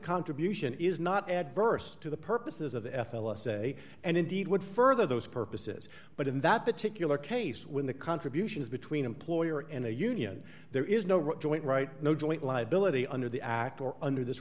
contribution is not adverse to the purposes of f l s a and indeed would further those purposes but in that particular case when the contributions between employer and a union there is no joint right no joint liability under the act or under this